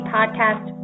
Podcast